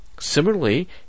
similarly